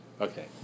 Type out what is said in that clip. okay